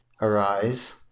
Arise